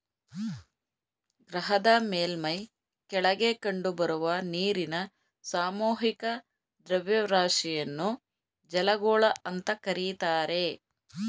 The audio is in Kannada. ಗ್ರಹದ ಮೇಲ್ಮೈ ಕೆಳಗೆ ಕಂಡುಬರುವ ನೀರಿನ ಸಾಮೂಹಿಕ ದ್ರವ್ಯರಾಶಿಯನ್ನು ಜಲಗೋಳ ಅಂತ ಕರೀತಾರೆ